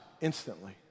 instantly